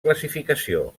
classificació